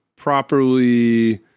properly